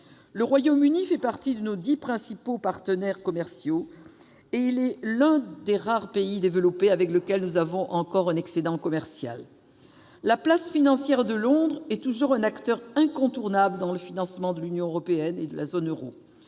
Le Royaume-Uni fait partie de nos dix principaux partenaires commerciaux, et il est l'un des rares pays développés avec qui nous ayons encore un excédent commercial. La place financière de Londres est toujours un acteur incontournable dans le financement de l'Union européenne et de la zone euro.